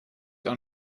auch